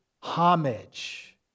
homage